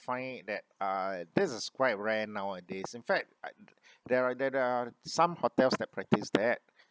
find that uh this is quite rare nowadays in fact there are there are some hotels that practice that